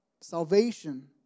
Salvation